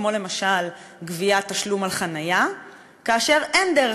כמו למשל גביית תשלום על חניה כאשר אין דרך